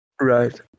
Right